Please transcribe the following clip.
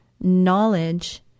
knowledge